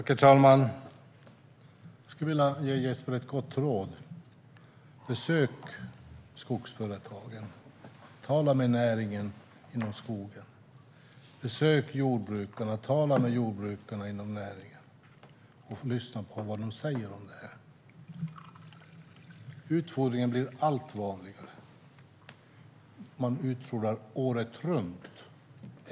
Herr talman! Jag skulle vilja ge Jesper Skalberg Karlsson ett gott råd: Besök skogsföretagen, och tala med näringen inom skogen! Besök och tala med jordbrukarna inom näringen, och lyssna på vad de säger om detta! Utfodring blir allt vanligare, och man utfodrar året runt.